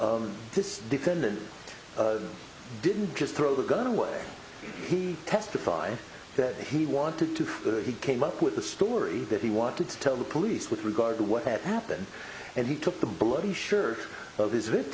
this defendant didn't just throw the gun away he testified that he wanted to he came up with the story that he wanted to tell the police with regard to what had happened and he took the bloody sure of his